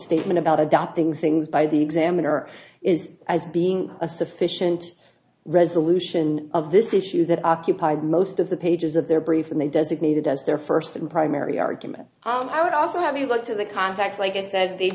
statement about adopting things by the examiner is as being a sufficient resolution of this issue that occupied most of the pages of their brief and they designated as their first and primary argument i would also have you looked at the contacts